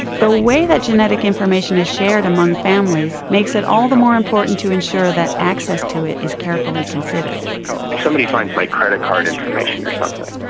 the way that genetic information is shared among families makes it all the more important to ensure that access to it is carefully considered. if somebody finds my credit card information or something,